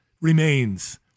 remains